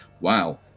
Wow